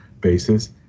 basis